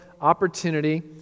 opportunity